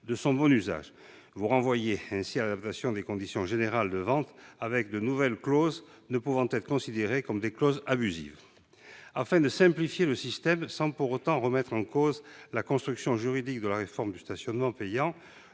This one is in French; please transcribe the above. de son bon usage. Vous renvoyiez à l'adaptation des conditions générales de vente, avec de nouvelles clauses ne pouvant être considérées comme des clauses abusives. Afin de simplifier le système sans pour autant remettre en cause la construction juridique de la réforme du stationnement payant,